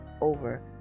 over